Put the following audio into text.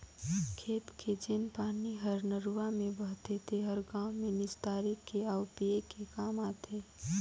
खेत के जेन पानी हर नरूवा में बहथे तेहर गांव में निस्तारी के आउ पिए के काम आथे